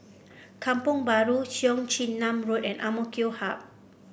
Kampong Bahru Cheong Chin Nam Road and AMK Hub